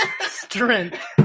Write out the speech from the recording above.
Strength